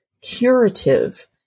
curative